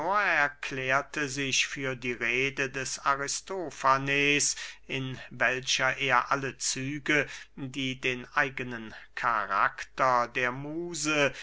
erklärte sich für die rede des aristofanes in welcher er alle züge die den eigenen karakter der muse